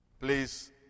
please